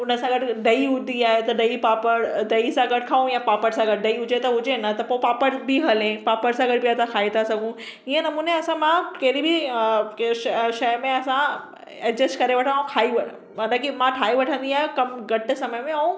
हुन सां गॾु ॾही हूंदी आहे त ॾही पापड़ ॾही सां गॾ खाऊं या पापड़ सां गॾु ॾही हुजे त हुजे न त पोइ पापड़ बि हले पापड़ सां गॾु बि असां खाई था सघूं हिन नमूने असां मां कहिड़ी बि शइ शइ में असां एडजेस्ट करे वठंदा आहियूं खाई वठूं माना की मां ठाहे वठंदी आहियां कमु घटि समय में ऐं